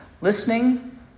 listening